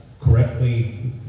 correctly